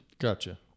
Gotcha